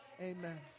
Amen